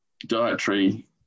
dietary